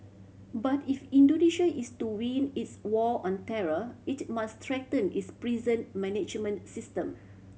but if Indonesia is to win its war on terror it must strengthen its prison management system